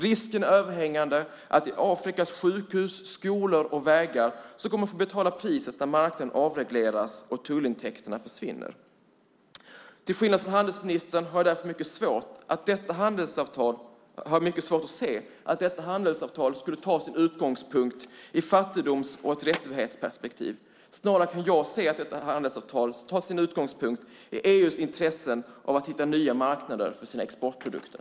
Risken är överhängande att Afrikas sjukhus, skolor och vägar kommer att få betala priset när marknaden avregleras och tullintäkterna försvinner. Till skillnad från handelsministern har jag därför mycket svårt att se att detta handelsavtal skulle ta sin utgångspunkt i ett fattigdoms och rättighetsperspektiv. Snarare ser jag att detta handelsavtal tar sin utgångspunkt i EU:s intressen av att hitta nya marknader för sina exportprodukter.